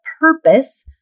purpose